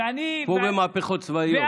כמו במהפכות צבאיות.